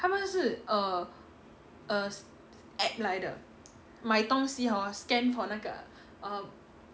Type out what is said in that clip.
他们是 err err app 来得买东西 hor scan for 那个 err